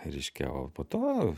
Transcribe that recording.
reiškia o po to